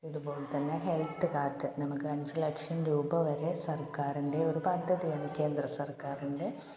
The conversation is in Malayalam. ഇത് പോലെ തന്നെ ഹെൽത്ത് കാർഡ് നമുക്ക് അഞ്ച് ലക്ഷം രൂപ വരെ സർക്കാറിൻ്റെ ഒരു പദ്ധതിയാണ് കേന്ദ്ര സർക്കാറിൻ്റെ